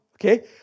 Okay